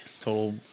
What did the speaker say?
total